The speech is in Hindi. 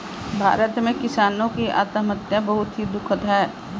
भारत में किसानों की आत्महत्या बहुत ही दुखद है